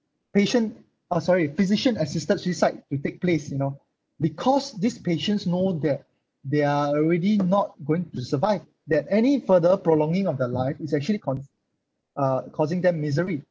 patient uh sorry physician assisted suicide to take place you know because these patients know that they are already not going to survive that any further prolonging of the life is actually cau~ uh causing them misery